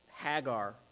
hagar